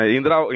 Indra